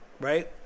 Right